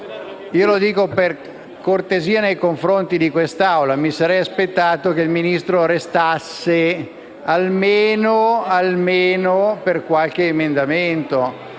1. Lo dico per cortesia nei confronti di quest'Assemblea: mi sarei aspettato che il Ministro restasse almeno per l'esame dei